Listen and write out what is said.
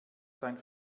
sein